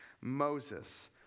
Moses